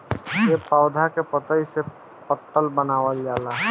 ए पौधा के पतइ से पतल बनावल जाला